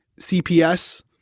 CPS